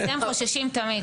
מזה הם חוששים תמיד,